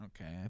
Okay